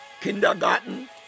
kindergarten